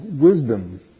wisdom